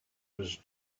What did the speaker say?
was